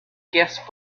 guests